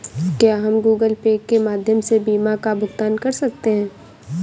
क्या हम Google Pay के माध्यम से बीमा का भुगतान कर सकते हैं?